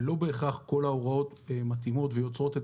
לא בהכרח כל ההוראות מתאימות ויוצרות את